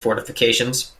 fortifications